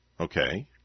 Okay